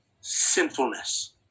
sinfulness